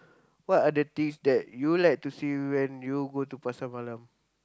what are the things you like to see when you go to Pasar Malam